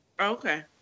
Okay